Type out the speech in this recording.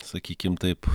sakykim taip